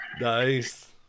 Nice